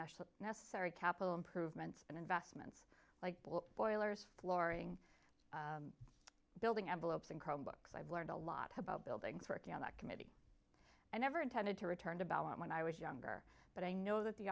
national necessary capital improvements and investments like boilers flooring building envelopes and chrome books i've learned a lot about buildings working on that committee i never intended to return to balance when i was younger but i know that the